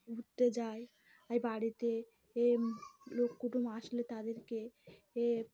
উঠতে যায় এই বাড়িতে এ লোক কুটুম আসলে তাদেরকে এ